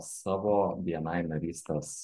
savo bni narystės